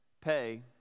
pay